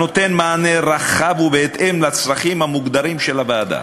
הנותן מענה רחב ובהתאם לצרכים המוגדרים על-ידי הוועדה.